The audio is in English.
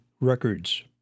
Records